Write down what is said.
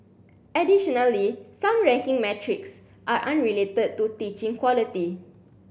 additionally some ranking metrics are unrelated to teaching quality